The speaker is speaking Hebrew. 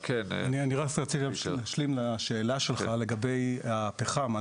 אני רק רציתי להשלים לשאלה שלך לגבי הפחם.